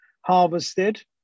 harvested